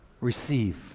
receive